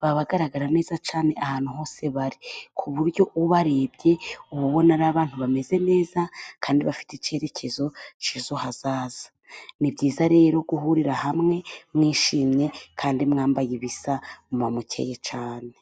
baba bagaragara neza cyane ahantu hose bari, ku buryo ubarebye uba ubona ari abantu bameze neza kandi bafite icyerekezo cy'ejo hazaza. Ni byiza rero guhurira hamwe mwishimye kandi mwambaye ibisa muba mukeye cyane.